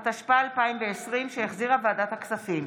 התשפ"א 2020, שהחזירה ועדת הכספים,